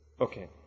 Okay